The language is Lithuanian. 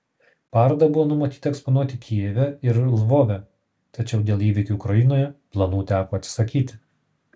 parodą buvo numatyta eksponuoti kijeve ir lvove tačiau dėl įvykių ukrainoje planų teko atsisakyti